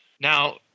Now